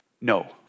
No